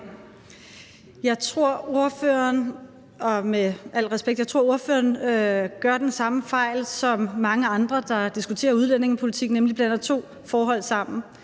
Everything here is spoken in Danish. respekt, ordføreren begår den samme fejl som mange andre, der diskuterer udlændingepolitik, nemlig blander to forhold sammen.